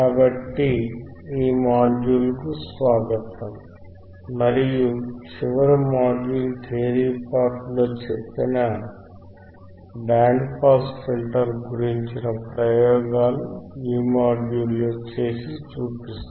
కాబట్టి ఈ మాడ్యూల్కు స్వాగతం మరియు చివరి మాడ్యూల్ థియరీ పార్ట్ లో చెప్పిన బ్యాండ్ పాస్ ఫిల్టర్ గురించిన ప్రయోగాలు ఈ మాడ్యూల్లో చేసి చూపిస్తాము